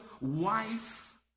wife